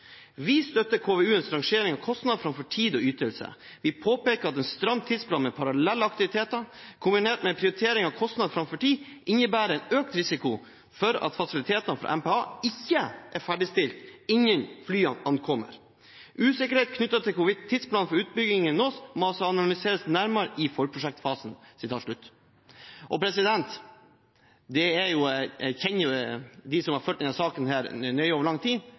Vi støtter KVU-ens rangering av kostnad fremfor tid og ytelse. Vi påpeker at en stram tidsplan med parallelle aktiviteter, kombinert med en prioritering av kostnad fremfor tid, innebærer en økt risiko for at fasiliteter for MPA ikke er ferdigstilt innen flyene ankommer. Usikkerhet knyttet til hvorvidt tidsplanen for utbyggingen nås må analyseres nærmere i forprosjektfasen.» Jeg kjenner dem som har fulgt denne saken nøye over lang tid: